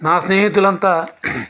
నా స్నేహితులంతా